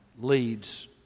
leads